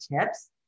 tips